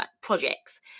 projects